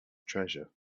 treasure